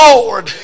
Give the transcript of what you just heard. Lord